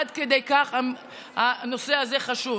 עד כדי כך הנושא הזה חשוב.